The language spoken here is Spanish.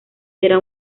era